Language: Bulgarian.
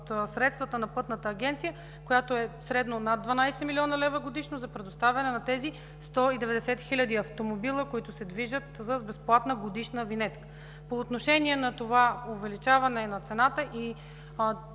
от средствата на Пътната агенция, която е средно над 12 млн. лв. годишно за предоставяне на тези 190 хиляди автомобила, които се движат с безплатна годишна винетка. По отношение на увеличаване на цената –